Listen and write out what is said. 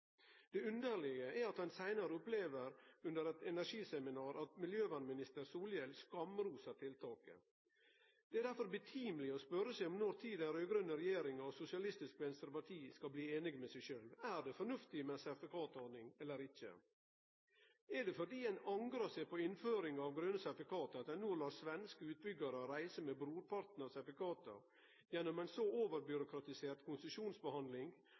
Det underlege er at ein seinare opplever under eit energiseminar at miljøvernminister Bård Vegar Solhjell skamrosar tiltaket. Det er difor passande å spørje seg om når den raud-grøne regjeringa og Sosialistisk Venstreparti skal bli einige med seg sjølve. Er det fornuftig med sertifikatordning eller ikkje? Er det fordi ein angrar på innføringa av grøne sertifikat at ein no lèt svenske utbyggjarar reise med brorparten av sertifikata, gjennom ein så overbyråkratisert konsesjonsbehandling